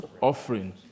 offering